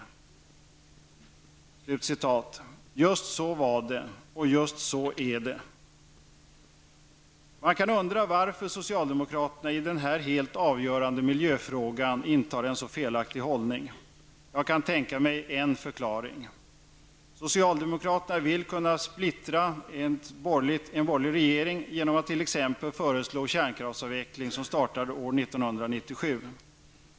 Just så var det, och just så är det. Man kan undra varför socialdemokraterna i denna helt avgörande miljöfråga intar en så felaktig hållning. Jag kan tänka mig en förklaring. Socialdemokraterna vill kunna splittra en borgerlig regering genom att t.ex. föreslå en kärnkraftsavveckling som startar 1997.